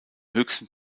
höchsten